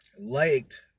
liked